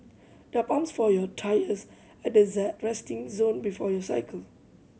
there are pumps for your tyres at the resting zone before you cycle